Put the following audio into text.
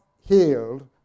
healed